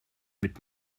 mit